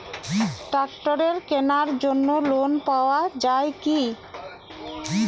ট্রাক্টরের কেনার জন্য লোন পাওয়া যায় কি?